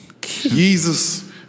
Jesus